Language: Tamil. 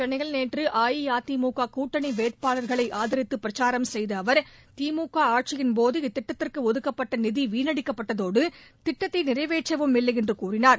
சென்னையில் நேற்று அஇஅதிமுக கூட்டணி வேட்பாளர்களை ஆதரித்து பிரச்சாரம் செய்த அவர் திமுக ஆட்சியின் போது இத்திட்டத்திற்கு ஒதுக்கப்பட்ட நிதி வீணடிக்கப்பட்டதோடு திட்டத்தை நிறைவேற்றவும் இல்லையென்று கூறினார்